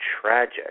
tragic